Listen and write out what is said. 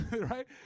right